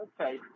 okay